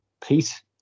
Pete